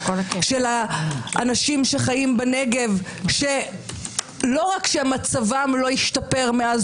של האנשים שחיים בנגב שלא רק שמצבם לא השתפר מאז